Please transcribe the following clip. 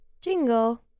jingle